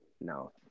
No